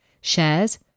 shares